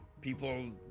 people